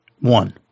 One